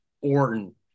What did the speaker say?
Orton